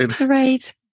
right